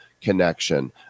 connection